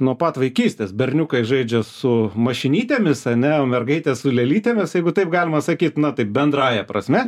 nuo pat vaikystės berniukai žaidžia su mašinytėmis ane mergaitės su lėlytėmis jeigu taip galima sakyt na taip bendrąja prasme